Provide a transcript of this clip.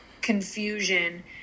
confusion